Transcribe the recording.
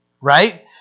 right